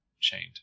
Chained